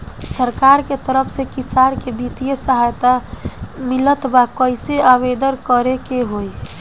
सरकार के तरफ से किसान के बितिय सहायता मिलत बा कइसे आवेदन करे के होई?